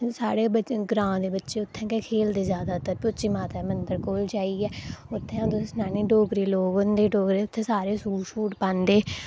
उत्थै साढ़े बच्चे ग्रांऽ दे बच्चे उत्थै गै खेढदे जादैतर टूची माता दे मंदर कोल जाइयै उत्थै अं'ऊ तुसेंगी सनानी आं डोगरे लोक होंदे डोगरे उत्थै सारे सूट शूट पांदे